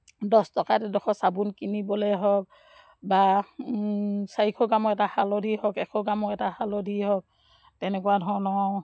দহটকাত এডোখৰ চাবোন কিনিবলেই হওক বা চাৰিশ গ্ৰামৰ এটা হালধি হওক এশ গ্ৰামৰ এটা হালধি হওক তেনেকুৱা ধৰণৰ